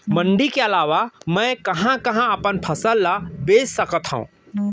मण्डी के अलावा मैं कहाँ कहाँ अपन फसल ला बेच सकत हँव?